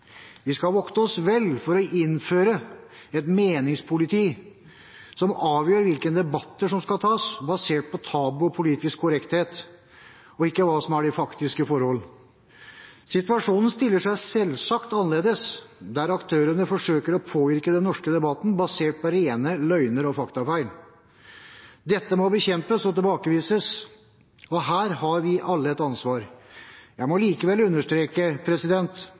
Vi skal vokte oss vel for å innføre et «meningspoliti» som avgjør hvilke debatter som skal tas, basert på tabu og politisk korrekthet og ikke hva som er de faktiske forhold. Situasjonen stiller seg selvsagt annerledes der aktørene forsøker å påvirke den norske debatten basert på rene løgner og faktafeil. Dette må bekjempes og tilbakevises, og her har vi alle et ansvar. Jeg må likevel understreke